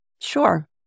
Sure